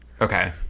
okay